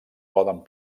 poden